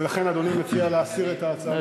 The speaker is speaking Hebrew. ולכן אדוני מציע להסיר את ההצעה מסדר-היום?